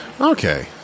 Okay